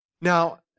Now